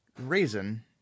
Reason